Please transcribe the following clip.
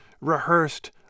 rehearsed